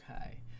okay